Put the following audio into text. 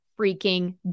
freaking